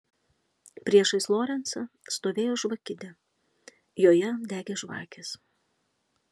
priešais lorencą stovėjo žvakidė joje degė žvakės